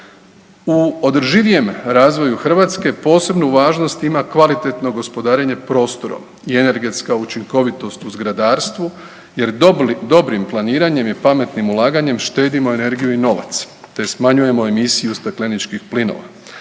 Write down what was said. U održivijem razvoju Hrvatske, posebnu važnost ima kvalitetno gospodarenje prostorom i energetska učinkovitost u zgradarstvu jer dobrim planiranjem i pametnim ulaganje, štedimo energiju i novac te smanjujemo emisiju stakleničkih plinova.